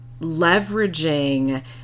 leveraging